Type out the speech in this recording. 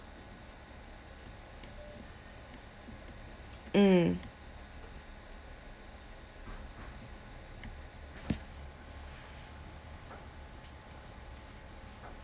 mm